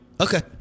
okay